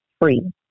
free